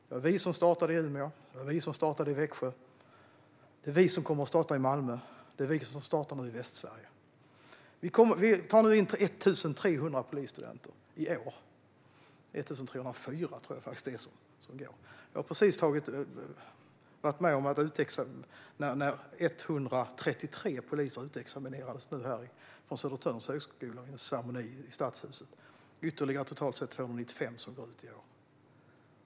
Det var vi som startade utbildningen i Umeå och Växjö, och det är vi som startar i Malmö och Västsverige. I år tar vi in 1 300 polisstudenter, 1 304 tror jag faktiskt att det är. Jag var nyligen med vid ceremonin när 133 poliser utexaminerades från Södertörns högskola, och det går ut ytterligare 295 i år.